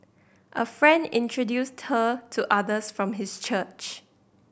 a friend introduced her to others from his church